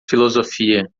filosofia